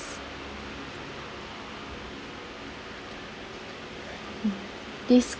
hmm